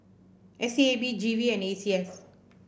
S E A B G V and A C S